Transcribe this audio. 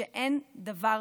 שאין דבר